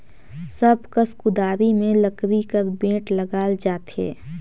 सब कस कुदारी मे लकरी कर बेठ लगाल जाथे